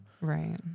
Right